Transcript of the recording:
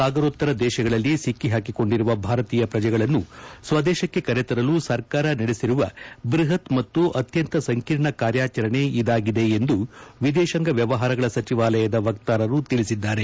ಸಾಗಾರೋತ್ತರ ದೇಶಗಳಲ್ಲಿ ಸಿಕ್ಕಿಹಾಕಿಕೊಂಡಿರುವ ಭಾರತೀಯ ಶ್ರಜೆಗಳನ್ನು ಸ್ವದೇಶಕ್ಕೆ ಕರೆತರಲು ಸರ್ಕಾರ ನಡೆಸಿರುವ ಬ್ಲಹತ್ ಮತ್ತು ಅತ್ಯಂತ ಸಂಕೀರ್ಣ ಕಾರ್ಯಾಚರಣೆ ಇದಾಗಿದೆ ಎಂದು ವಿದೇಶಾಂಗ ವ್ಲವಹಾರಗಳ ಸಚಿವಾಲಯದ ವಕ್ತಾರರು ತಿಳಿಸಿದ್ದಾರೆ